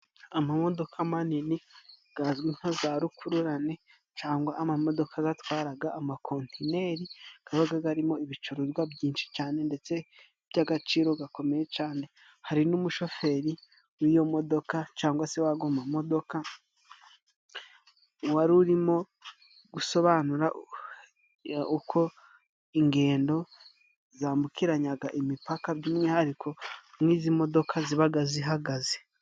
Amamodoka manini gazwi nka za rukururane cangwa amamodoka zatwaraga amakontineri gabaga garimo ibicuruzwa byinshi cane ndetse by'agaciro gakomeye cane. Hari n'umushoferi w'iyo modoka cangwa se w'ago mamodoka wari urimo gusobanura uko ingendo zambukiranyaga imipaka by'umwihariko mu izi modoka zabaga zihagaze.